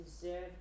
deserve